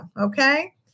okay